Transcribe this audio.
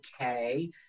okay